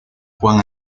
juan